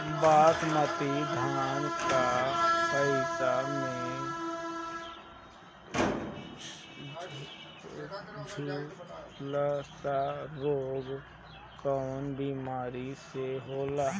बासमती धान क पौधा में झुलसा रोग कौन बिमारी से होला?